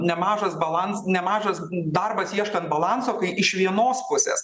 nemažas balans nemažas darbas ieškant balanso kai iš vienos pusės